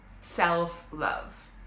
self-love